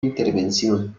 intervención